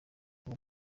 uwo